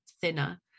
thinner